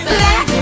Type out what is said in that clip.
Black